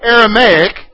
Aramaic